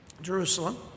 Jerusalem